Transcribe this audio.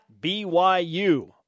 BYU